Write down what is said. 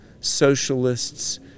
socialists